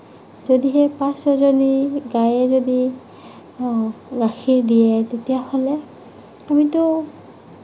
যদিহে পাঁচ ছয়জনী গায়ে যদি গাখীৰ দিয়ে তেতিয়াহ'লে আমিতো